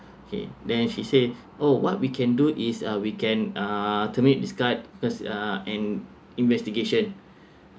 kay then she said oh what we can do is uh we can uh terminate this card because uh and investigation